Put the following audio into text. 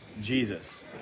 Jesus